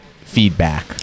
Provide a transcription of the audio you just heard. feedback